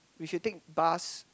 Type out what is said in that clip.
we should take bus